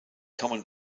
common